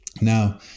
Now